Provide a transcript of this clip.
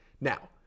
Now